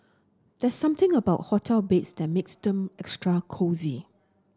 there's something about hotel beds that makes them extra cosy